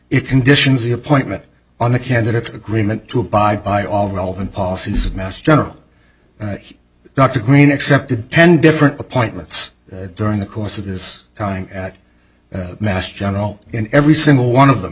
it conditions the appointment on the candidate's agreement to abide by all relevant policies of mass general dr green accepted ten different appointments that during the course of his time at mass general in every single one of them